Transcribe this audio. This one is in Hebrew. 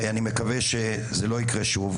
ואני מקווה שזה לא יקרה שוב,